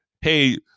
hey